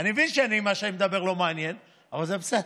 אני מבין שמה שאני מדבר לא מעניין, אבל זה בסדר.